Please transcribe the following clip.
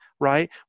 right